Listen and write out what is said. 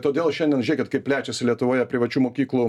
todėl šiandien žiūrėkit kaip plečiasi lietuvoje privačių mokyklų